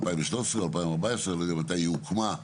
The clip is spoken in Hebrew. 2013 או 2014 אני לא יודע מתי היא הוקמה,